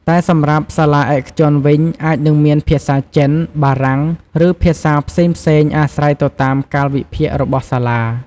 តែសម្រាប់សាលាឯកជនវិញ អាចនឹងមានភាសាចិន បារាំង ឬ ភាសាផ្សេងៗអាស្រ័យទៅតាមកាលវិភាគរបស់សាលា។